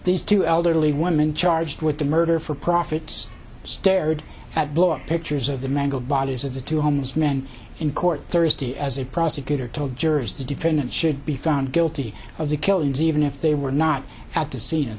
these two elderly woman charged with the murder for profits stared at block pictures of the mangled bodies of the two homeless men in court thursday as a prosecutor told jurors the defendant should be found guilty of the killings even if they were not at the scene of